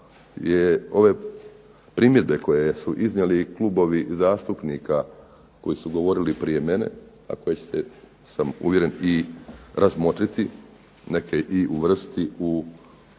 je ove primjedbe koje su iznijeli klubovi zastupnika koji su govorili prije mene, a koji će se uvjeren sam i razmotriti, neke uvrstiti u